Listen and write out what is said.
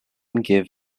give